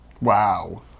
Wow